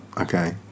Okay